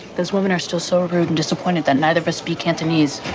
because women are still so rude and disappointed that neither of us speak cantonese.